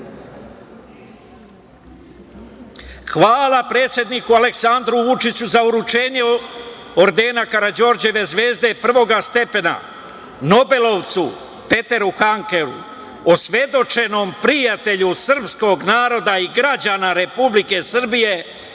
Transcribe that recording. Hvala predsedniku Aleksandru Vučiću za uručenje ordena Karađorđeve zvezde prvog stepena nobelovcu, Peteru Handkeu, osvedočenom prijatelju srpskog naroda i građana Republike Srbije,